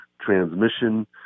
transmission